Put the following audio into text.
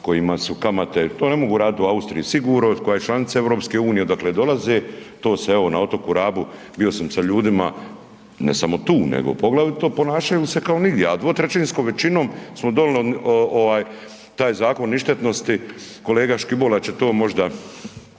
kojima su kamate, to ne mogu raditi u Austriji sigurno koja je članica EU odakle dolaze, to se evo na otoku Rabu bio sam sa ljudima, samo tu, nego poglavito ponašaju se kao nigdje, a 2/3 većinom smo donili ovaj taj zakon o ništetnosti, kolega Škibola će to možda